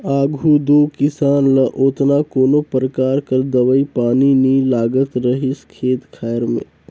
आघु दो किसान ल ओतना कोनो परकार कर दवई पानी नी लागत रहिस खेत खाएर में